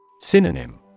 Synonym